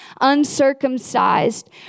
uncircumcised